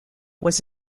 was